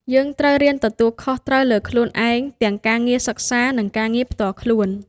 យើងត្រូវរៀនទទួលខុសត្រូវលើខ្លួនឯង ទាំងការងារសិក្សា និងការងារផ្ទាល់ខ្លួន។